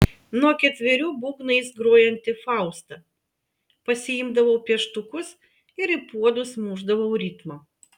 nuo ketverių būgnais grojanti fausta pasiimdavau pieštukus ir į puodus mušdavau ritmą